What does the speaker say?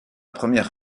première